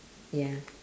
ya